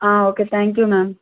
okay thank you ma'am